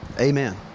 amen